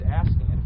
asking